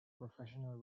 professional